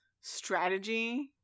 strategy